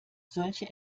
solche